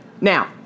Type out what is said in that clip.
Now